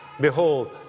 Behold